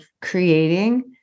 creating